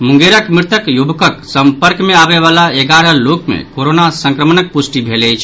मुंगेरक मृतक युवकक सम्पर्क मे आबय वला एगारह लोक मे कोरोना संक्रमणक प्रष्टि भेल अछि